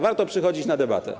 Warto przychodzić na debatę.